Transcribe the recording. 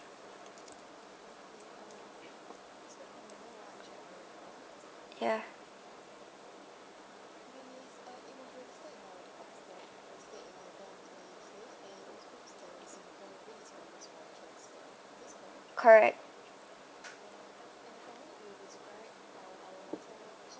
yeah correct